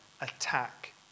attack